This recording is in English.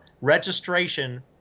registration